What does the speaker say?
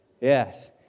yes